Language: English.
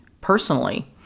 personally